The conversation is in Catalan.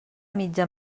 mitja